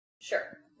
Sure